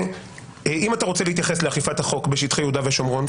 ואם אתה רוצה להתייחס לאכיפת החוק בשטחי יהודה ושומרון,